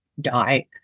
die